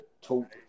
talk